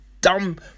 dumb